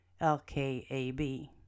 LKAB